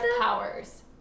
powers